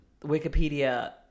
wikipedia